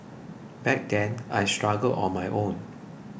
back then I struggled on my own